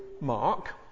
Mark